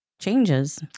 Changes